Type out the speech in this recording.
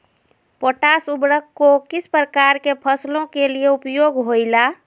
Potash उर्वरक को किस प्रकार के फसलों के लिए उपयोग होईला?